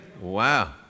Wow